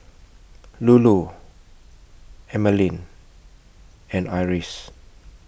Lulu Emeline and Iris